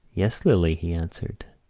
yes, lily, he answered,